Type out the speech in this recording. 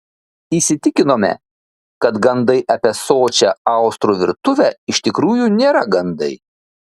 įsitikinome kad gandai apie sočią austrų virtuvę iš tikrųjų nėra gandai